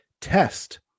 test